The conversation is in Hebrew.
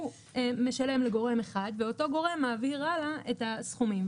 הוא משלם לגורם אחד ואותו גורם מעביר הלאה את הסכומים,